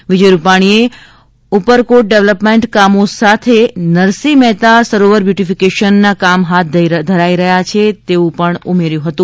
શ્રી વિજય રૂપાણીએ ઉપરકોટ ડેવલપમેન્ટ કામો સાથે નરસિંહ મહેતા સરોવર બ્યૂટી ફિકેશન કામ હાથ ધરાઈ રહ્યાં છે તેવું ઉમેર્યું હતું